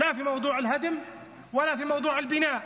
לא בעניין ההריסות ולא בעניין הבנייה.